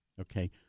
okay